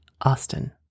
Austin